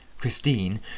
Christine